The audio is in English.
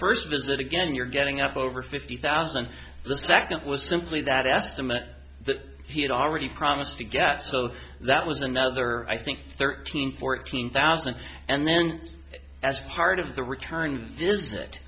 first visit again you're getting up over fifty thousand the second was simply that estimate that he had already promised to get so that was another i think thirteen fourteen thousand and then as part of the return visit